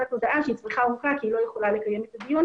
הודעה שהיא צריכה אורכה כי היא לא יכולה לקיים את הדיון